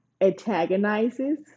antagonizes